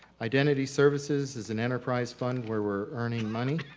identity services is an enterprise fund where we're earning money.